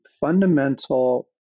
fundamental